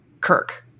Kirk